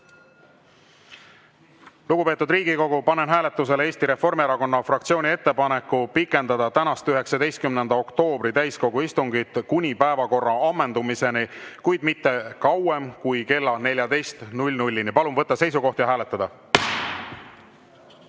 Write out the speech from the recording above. Lugupeetud Riigikogu, panen hääletusele Eesti Reformierakonna fraktsiooni ettepaneku pikendada tänast, 19. oktoobri täiskogu istungit kuni päevakorra ammendumiseni, kuid mitte kauem kui kella 14‑ni. Palun võtta seisukoht ja hääletada!